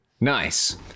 Nice